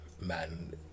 men